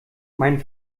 mein